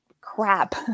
crap